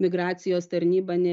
migracijos tarnyba ne